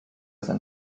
sein